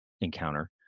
encounter